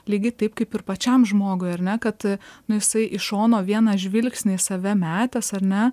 lygiai taip kaip ir pačiam žmogui ar ne kad nu jisai iš šono vieną žvilgsnį į save metęs ane